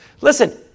Listen